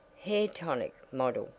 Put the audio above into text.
hair tonic model,